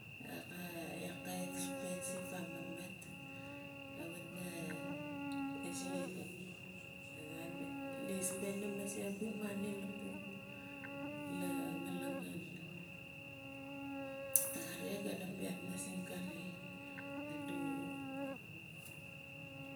Iak ka expensive famamat kawit na izi di spendim mase a monit lapuk la malangan nare gana piat mising kare adu.